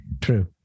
True